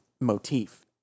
motif